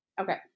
Okay